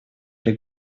при